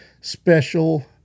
special